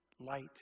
Light